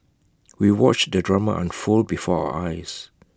we watched the drama unfold before our eyes